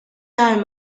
tal